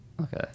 Okay